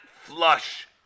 flush